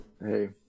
Hey